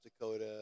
Dakota